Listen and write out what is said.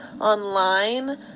online